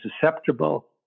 susceptible